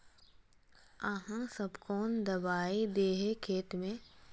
आहाँ सब कौन दबाइ दे है खेत में?